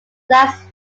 flags